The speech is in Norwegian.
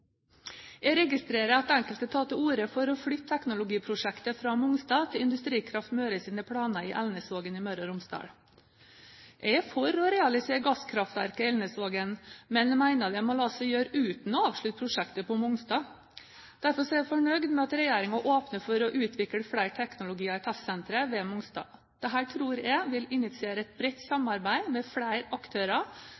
Jeg registrerer at enkelte tar til orde for å flytte teknologiprosjektet fra Mongstad til Industrikraft Møres planer i Elnesvågen i Møre og Romsdal. Jeg er for å realisere gasskraftverket Elnesvågen, men jeg mener det må la seg gjøre uten å avslutte prosjektet på Mongstad. Derfor er jeg fornøyd med at regjeringen åpner for å utvikle flere teknologier i testsenteret ved Mongstad. Dette tror jeg vil initiere et bredt